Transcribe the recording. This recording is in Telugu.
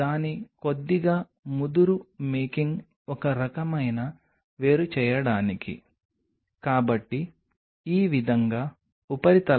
కాబట్టి లెక్చర్ 1తో ప్రారంభించడానికి మరియు మేము 4వ వారంలో W 4 స్లాష్ L 1లో ఉన్నాము